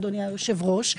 אדוני היושב-ראש.